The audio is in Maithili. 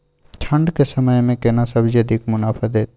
ठंढ के समय मे केना सब्जी अधिक मुनाफा दैत?